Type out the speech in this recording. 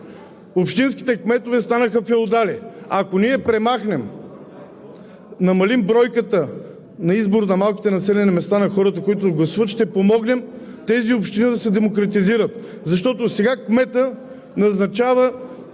Общинските кметове станаха феодали. Ако ние намалим бройката на хората в малките населени места, които ще гласуват, ще помогнем тези общини да се демократизират, защото сега кметът назначава